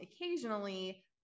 occasionally